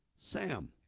Sam